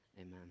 Amen